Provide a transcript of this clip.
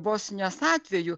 bosnijos atveju